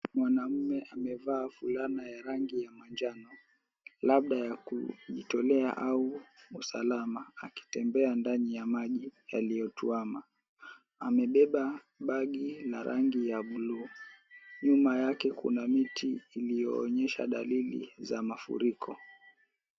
Mwanaume amevaaa fulana ya rangi ya manjano labda ya kujitolea au usalama akitembea ndani ya maji au kutuama amebeba bagi la rangi ya buluu nyuma yake kuna miti iliyoonyesha dalili ya mafuriko.